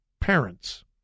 Parents